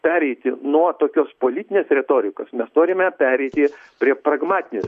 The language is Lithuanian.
pereiti nuo tokios politinės retorikos mes turime pereiti prie pragmatinės